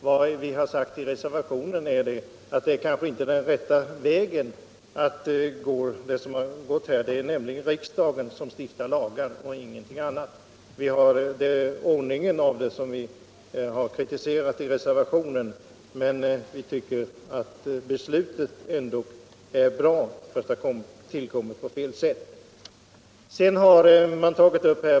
Vad vi säger i reservationen är att det kanske inte är den rätta vägen att gå. Det är nämligen riksdagen som stiftar lagar. Vi tycker att beslutet är bra men att det har tillkommit på fel sätt.